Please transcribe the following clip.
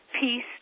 peace